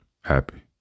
happy